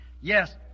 Yes